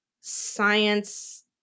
Science